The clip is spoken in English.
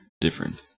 different